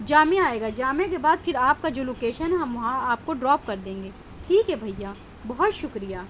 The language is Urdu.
جامعہ آئے گا جامعہ کے بعد پھر آپ کا جو لوکیشن ہے ہم وہاں آپ کو ڈراپ کر دیں گے ٹھیک ہے بھیا بہت شکریہ